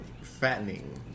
fattening